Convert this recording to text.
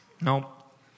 Nope